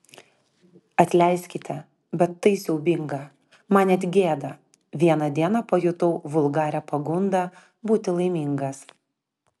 atleiskite bet tai siaubinga man net gėda vieną dieną pajutau vulgarią pagundą būti laimingas